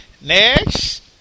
Next